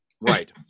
Right